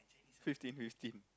fifteen fifty